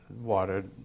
water